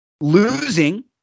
Losing